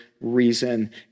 reason